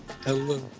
Hello